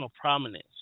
prominence